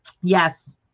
yes